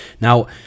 Now